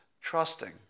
trusting